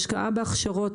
השקעה גם בהכשרות